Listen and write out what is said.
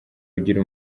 ugira